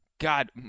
God